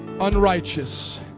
unrighteous